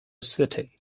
city